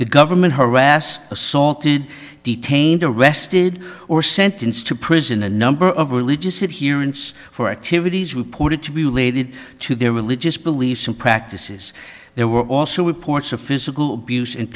the government harassed assaulted detained or arrested or sentenced to prison a number of religious it here it's for activities reported to be related to their religious beliefs and practices there were also reports of physical abuse and